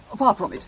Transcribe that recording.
far from it!